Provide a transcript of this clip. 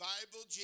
Bible